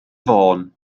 fôn